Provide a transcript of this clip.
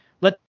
Let